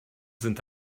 sind